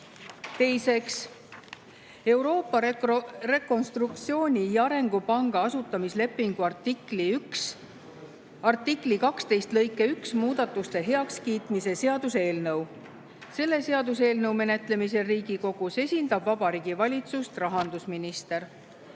Teiseks, Euroopa Rekonstruktsiooni- ja Arengupanga asutamislepingu artikli 1 ja artikli 12 lõike 1 muudatuste heakskiitmise seaduse eelnõu. Selle seaduseelnõu menetlemisel Riigikogus esindab Vabariigi Valitsust rahandusminister.